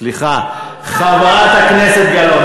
סליחה, חברת הכנסת גלאון.